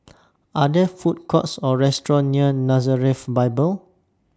Are There Food Courts Or restaurants near Nazareth Bible